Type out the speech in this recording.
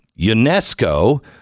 UNESCO